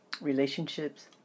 relationships